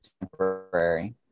temporary